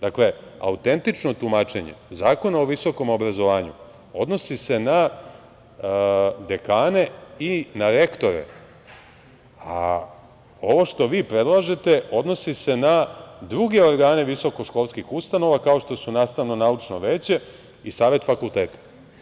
Dakle, autentično tumačenje Zakona o visokom obrazovanju odnosi se na dekane i na rektore, a ovo što vi predlažete odnosi se na druge organe visokoškolskih ustanova, kao što su nastavno-naučno veće i savet fakulteta.